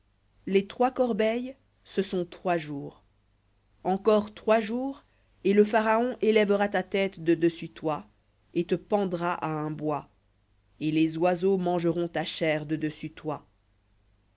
les trois corbeilles ce sont trois jours encore trois jours et le pharaon élèvera ta tête de dessus toi et te pendra à un bois et les oiseaux mangeront ta chair de dessus toi